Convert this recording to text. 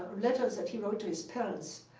letters that he wrote to his parents,